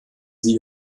sie